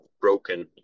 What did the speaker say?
broken